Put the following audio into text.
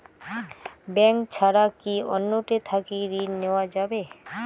Bank ছাড়া কি অন্য টে থাকি ঋণ পাওয়া যাবে?